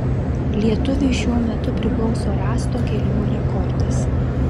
lietuviui šiuo metu priklauso rąsto kėlimo rekordas